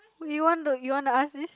we want to you want to ask this